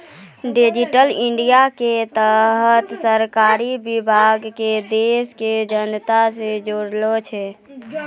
digital India के तहत सरकारी विभाग के देश के जनता से जोड़ै छै